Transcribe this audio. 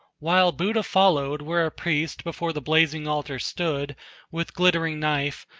while buddha followed where a priest before the blazing altar stood with glittering knife,